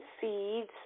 seeds